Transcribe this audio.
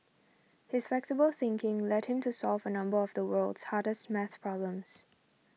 his flexible thinking led him to solve a number of the world's hardest math problems